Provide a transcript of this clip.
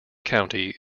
county